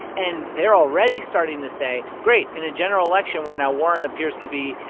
and they're already starting to say, great. in a general election where now warren appears to be,